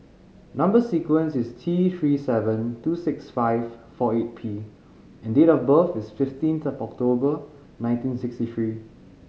number sequence is T Three seven two six five four eight P and date of birth is fifteenth October nineteen sixty three